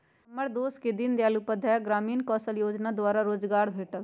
हमर दोस के दीनदयाल उपाध्याय ग्रामीण कौशल जोजना द्वारा रोजगार भेटल